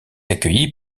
accueilli